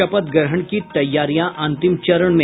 शपथ ग्रहण की तैयारियां अंतिम चरण में